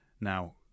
Now